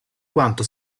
quanto